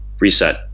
reset